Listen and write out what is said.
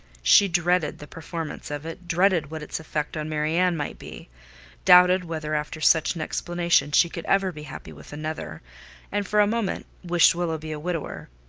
she dreaded the performance of it, dreaded what its effect on marianne might be doubted whether after such an explanation she could ever be happy with another and for a moment wished willoughby a widower.